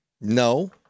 No